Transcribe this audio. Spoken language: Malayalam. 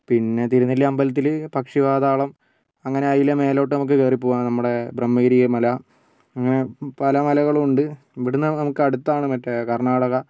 പിന്നെ തിരുനെല്ലി അമ്പലത്തിൽ പക്ഷി പാതാളം അങ്ങനെ അതിലെ മേലോട്ട് നമുക്ക് കയറിപ്പോകാം നമ്മുടെ ബ്രഹ്മഗിരി മല അങ്ങനെ പല മലകളും ഉണ്ട് ഇവിടുന്നാണ് നമുക്ക് അടുത്താണ് മറ്റേ കർണ്ണാടക